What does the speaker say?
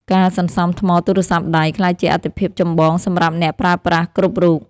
ការសន្សំថ្មទូរស័ព្ទដៃ ក្លាយជាអាទិភាពចម្បងសម្រាប់អ្នកប្រើប្រាស់គ្រប់រូប។